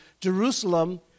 Jerusalem